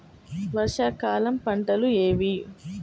వర్షాకాలం పంటలు ఏవి?